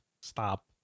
Stop